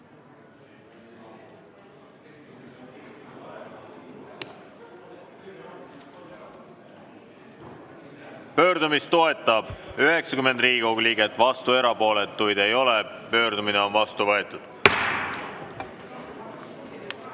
Pöördumist toetab 90 Riigikogu liiget, vastuolijaid ega erapooletuid ei ole. Pöördumine on vastu võetud.